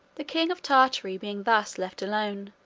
the king of tartary being thus left alone,